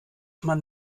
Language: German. man